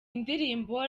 ndirimbo